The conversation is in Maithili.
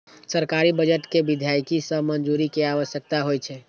सरकारी बजट कें विधायिका सं मंजूरी के आवश्यकता होइ छै